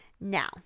Now